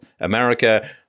America